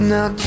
Now